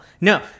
No